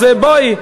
אז בואי.